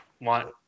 want